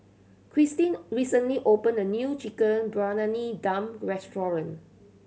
Christeen recently opened a new Chicken Briyani Dum restaurant